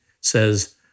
says